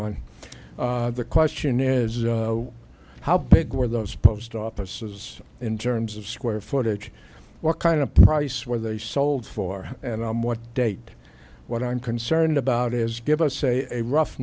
on the question is how big were those post offices in terms of square footage what kind of price where they sold for and on what date what i'm concerned about is give us a rough